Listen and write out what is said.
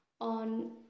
on